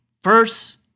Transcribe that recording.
First